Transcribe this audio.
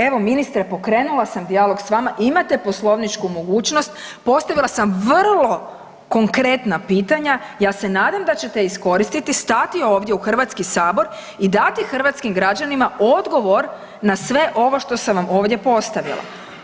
Evo ministre pokrenula sam dijalog s vama, imate poslovničku mogućnost, postavila sam vrlo konkretna pitanja, ja se nadam da ćete iskoristiti, stati ovdje u Hrvatski sabor i dati hrvatskim građanima odgovor na sve ovo što sam vam ovdje postavila.